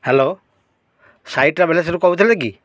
hello Sai ଟ୍ରାଭେଲର୍ସରୁ କହୁଥିଲେ କି